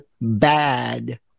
bad